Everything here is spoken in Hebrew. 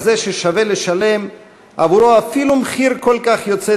כזה ששווה לשלם עבורו אפילו מחיר כל כך יוצא